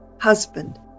husband